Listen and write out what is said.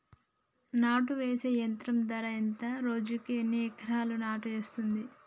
నాటు వేసే యంత్రం ధర ఎంత రోజుకి ఎన్ని ఎకరాలు నాటు వేస్తుంది?